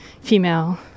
female